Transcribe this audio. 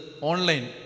online